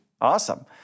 Awesome